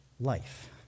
life